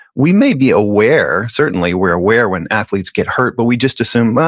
we may be aware, certainly, we're aware when athletes get hurt, but we just assume,